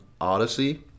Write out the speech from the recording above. Odyssey